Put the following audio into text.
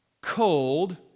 cold